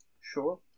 Sure